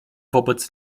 wobec